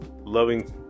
loving